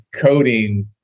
coding